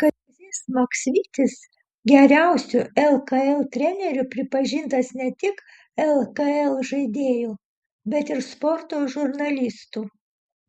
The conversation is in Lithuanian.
kazys maksvytis geriausiu lkl treneriu pripažintas ne tik lkl žaidėjų bet ir sporto žurnalistų